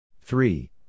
Three